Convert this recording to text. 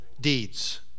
deeds